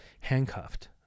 handcuffed